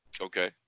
Okay